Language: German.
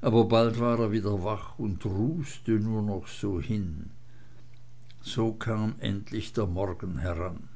aber bald war er wieder wach und druste nur noch so hin so kam endlich der morgen heran